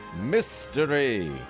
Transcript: Mystery